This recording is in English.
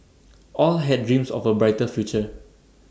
all had dreams of A brighter future